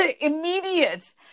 immediate